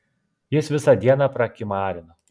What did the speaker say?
jis visą dieną prakimarino